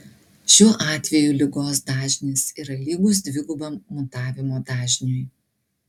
šiuo atveju ligos dažnis yra lygus dvigubam mutavimo dažniui